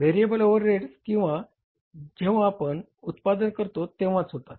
variable overheads केवळ जेव्हा आपण उत्पादन करतो तेंव्हाच होतात